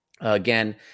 Again